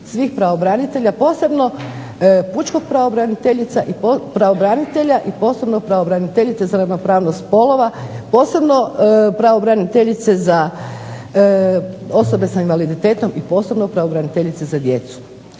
svih pravobranitelja posebno pučkog pravobranitelja i posebno pravobraniteljice za ravnopravnost spolova, posebno pravobraniteljice za osobe sa invaliditetom i posebno pravobraniteljice za djecu